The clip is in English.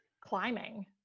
climbing